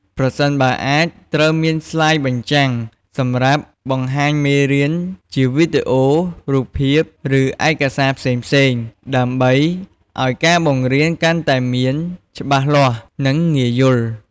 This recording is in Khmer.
ប្រសិនបើអាចត្រូវមានស្លាយបញ្ចាំង សម្រាប់បង្ហាញមេរៀនជាវីដេអូ រូបភាព ឬឯកសារផ្សេងៗ ដើម្បីឲ្យការបង្រៀនកាន់តែមានច្បាស់លាស់ និងងាយយល់។